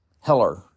Heller